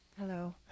Hello